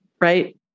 right